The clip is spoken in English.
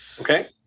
Okay